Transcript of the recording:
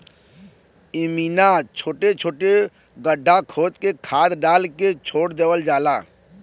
इमिना छोट छोट गड्ढा खोद के खाद डाल के छोड़ देवल जाला